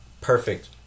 perfect